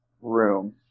room